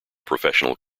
professional